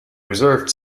reserved